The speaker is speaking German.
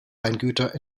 weingüter